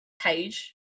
page